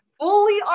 fully